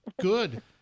good